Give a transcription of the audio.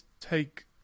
take